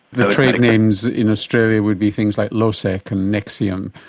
the trade names in australia would be things like losec and nexium,